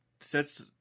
sets